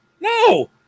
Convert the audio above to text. No